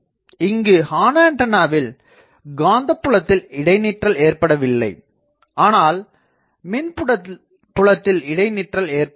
இங்கு ஹார்ன் ஆண்டனாவில் காந்த புலத்தில் இடைநிற்றல் ஏற்படவில்லை ஆனால் மின்புலத்தில் இடைநிற்றல் ஏற்படுகிறது